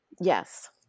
yes